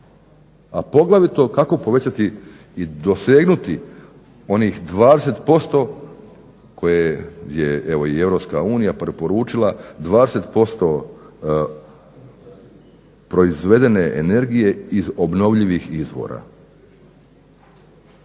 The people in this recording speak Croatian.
a poglavito kako povećati i dosegnuti onih 20% koje je evo i EU preporučila. 20% proizvedene energije iz obnovljivih izvora,